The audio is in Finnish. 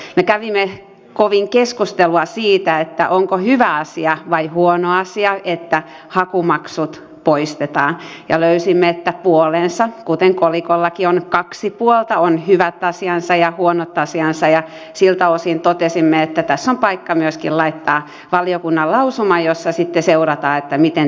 me kävimme kovin keskustelua siitä että onko hyvä asia vai huono asia että hakumaksut poistetaan ja löysimme että puolensa kuten kolikollakin on kaksi puolta on hyvät asiansa ja huonot asiansa ja siltä osin totesimme että tässä on paikka myöskin laittaa valiokunnan lausuma jossa sitten seurataan että miten tilanne kehittyy